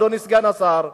אדוני סגן השר,